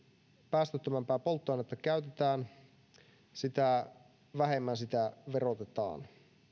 päästöttömämpää polttoainetta käytetään sitä vähemmän sitä verotetaan